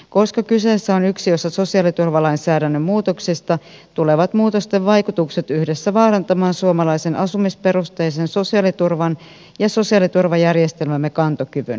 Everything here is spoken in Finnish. koska kyseessä on yksi osa sosiaaliturvalainsäädännön muutoksista tulevat muutosten vaikutukset yhdessä vaarantamaan suomalaisen asumisperusteisen sosiaaliturvan ja sosiaaliturvajärjestelmämme kantokyvyn